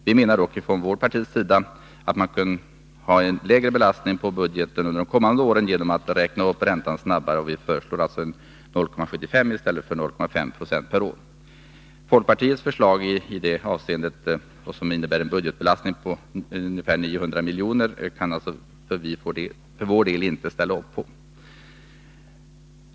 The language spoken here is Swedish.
Vi menar dock att man kunde ha en lägre belastning på budgeten under de kommande åren genom att räkna upp räntan snabbare. Vi föreslår alltså 0,75 i stället för 0,5 96 per år. Folkpartiets förslag i detta avseende, som innebär en budgetbelastning på ungefär 900 miljoner, kan vi för vår del inte ställa upp bakom.